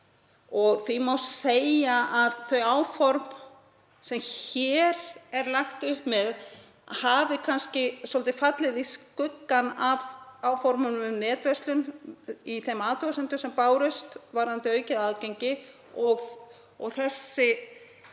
og því má segja að þau áform sem hér er lagt upp með hafi kannski svolítið fallið í skuggann af áformunum um netverslun í þeim athugasemdum sem bárust varðandi aukið aðgengi og þær